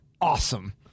awesome